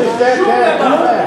שום דבר.